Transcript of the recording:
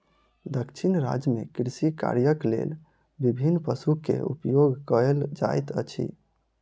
दक्षिण राज्य में कृषि कार्यक लेल विभिन्न पशु के उपयोग कयल जाइत अछि